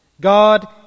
God